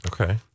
Okay